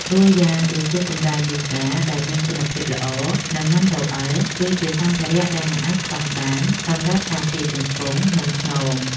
តួយ៉ាងដូចជា កម្រាលយូហ្គា ដែលមានគុណភាពល្អ និងមិនរអិល គឺជាសម្ភារៈដែលមិនអាចខ្វះបានសម្រាប់ការពារជង្គង់ និងខ្នង។